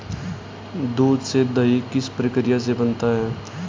दूध से दही किस प्रक्रिया से बनता है?